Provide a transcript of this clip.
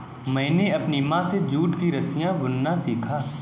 मैंने अपनी माँ से जूट की रस्सियाँ बुनना सीखा